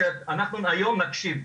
שאנחנו היום נקשיב,